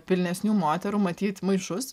pilnesnių moterų matyt maišus